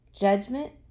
Judgment